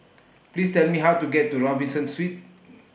Please Tell Me How to get to Robinson Suites